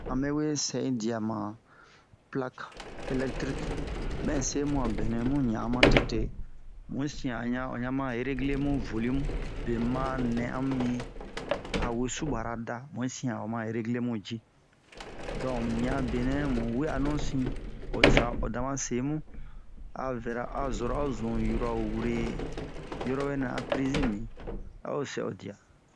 ame we sɛ'in diya ma plak elɛktrik mɛ se mu a benɛ mu ɲan'an matete mu yi sin'a ɲan o ɲan ma regile mu volimu be ma nɛ a mu mi awe subara da mu yi sin a oma regile muji donk muɲan a benɛ mu we'anu sin o ta o da ma se mu a verɛ a zora ozun yɔrɔ wure yɔrɔ a prizi mi a o sɛ o diya